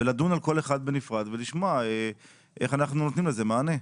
לדון על כל אחד בנפרד ולשמוע איך אנחנו נותנים על זה מענה.